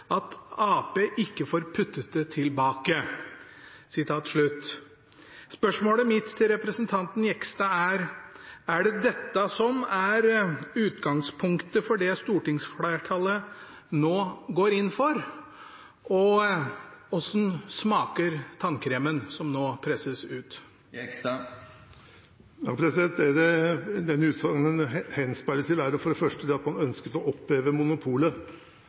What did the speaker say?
at Ap ikke får puttet det tilbake.» Spørsmålet mitt til representanten Jegstad er: Er det dette som er utgangspunktet for det stortingsflertallet nå går inn for, og hvordan smaker tannkremen som nå presses ut? Det utsagnet henspiller på, er for det første det at man ønsket å oppheve monopolet,